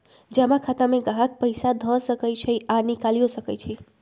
जमा खता में गाहक पइसा ध सकइ छइ आऽ निकालियो सकइ छै